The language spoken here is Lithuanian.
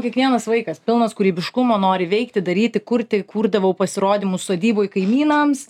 kiekvienas vaikas pilnas kūrybiškumo nori veikti daryti kurti kurdavau pasirodymus sodyboj kaimynams